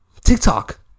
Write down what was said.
TikTok